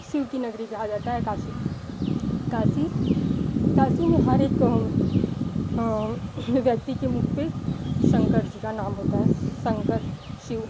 शिव की नगरी कहा जाता है काशी काशी काशी में हर एक व्यक्ति के मुख पर शंकर जी का नाम होता है शंकर शिव